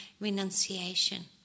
renunciation